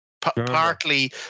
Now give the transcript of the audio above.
Partly